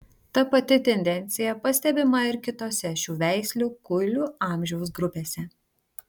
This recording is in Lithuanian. ta pati tendencija pastebima ir kitose šių veislių kuilių amžiaus grupėse